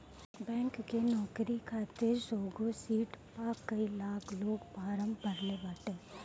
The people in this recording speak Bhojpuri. बैंक के नोकरी खातिर सौगो सिट पअ कई लाख लोग फार्म भरले बाटे